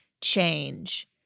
change